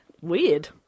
Weird